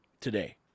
today